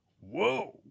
whoa